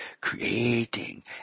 creating